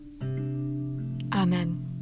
Amen